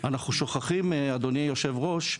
אנחנו שוכחים אדוני יושב הראש,